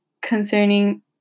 concerning